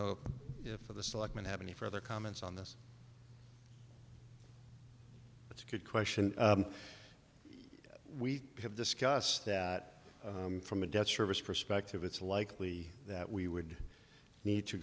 know if the selectmen have any further comments on this it's a good question we have discussed that from a debt service perspective it's likely that we would need to